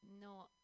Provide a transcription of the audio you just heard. No